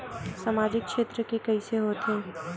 सामजिक क्षेत्र के कइसे होथे?